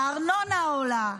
הארנונה עולה,